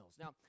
Now